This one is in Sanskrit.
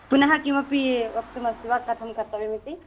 पुनः किमपि वक्तुम् अस्ति वा कथम् कर्तव्यम् इति